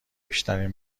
بیشترین